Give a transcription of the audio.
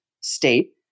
state